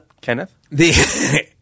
Kenneth